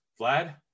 Vlad